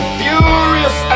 furious